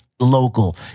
local